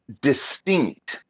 distinct